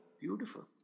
Beautiful